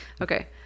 Okay